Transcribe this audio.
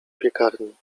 piekarni